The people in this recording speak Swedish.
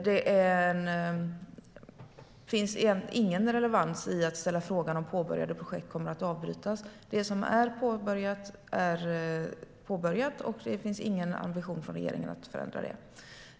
Det finns ingen relevans i att ställa frågan om huruvida påbörjade projekt kommer att avbrytas. Det som är påbörjat är påbörjat, och det finns ingen ambition från regeringen att förändra det.